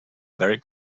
very